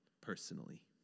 personally